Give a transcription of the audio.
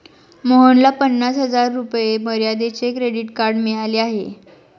मोहनला पन्नास हजार रुपये मर्यादेचे क्रेडिट कार्ड मिळाले आहे